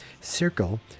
circle